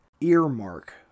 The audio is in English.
earmark